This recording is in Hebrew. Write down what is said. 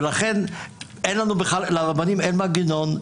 ולכן לרבנים אין מנגנון,